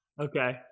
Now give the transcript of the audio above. Okay